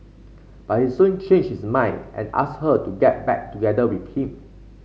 but he soon changed his mind and asked her to get back together with him